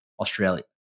Australia